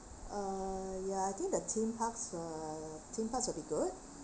uh ya I think the theme parks will theme parks will be good